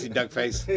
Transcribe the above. Duckface